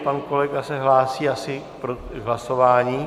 Pan kolega se hlásí asi k hlasování.